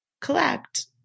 collect